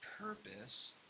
purpose